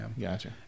Gotcha